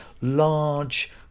large